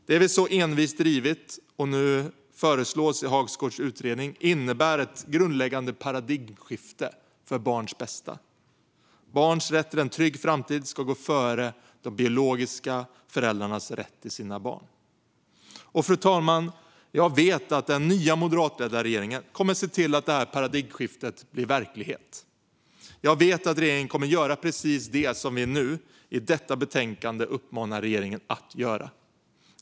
Det som vi så envist drivit och som nu föreslås i Hagsgårds utredning innebär ett grundläggande paradigmskifte för barns bästa. Barns rätt till en trygg framtid ska gå före de biologiska föräldrarnas rätt till sina barn. Fru talman! Jag vet att den nya, moderatledda regeringen kommer att se till att detta paradigmskifte blir verklighet. Jag vet att regeringen kommer att göra precis det som vi nu i detta betänkande uppmanar regeringen att göra.